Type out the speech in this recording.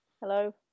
hello